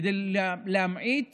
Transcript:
כדי להמעיט